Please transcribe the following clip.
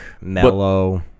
mellow